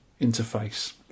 interface